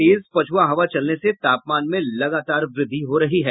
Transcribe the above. तेज पछुआ हवा चलने से तापमान में लगातार वृद्धि हो रही है